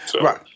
Right